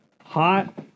Hot